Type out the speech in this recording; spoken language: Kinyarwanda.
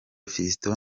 fiston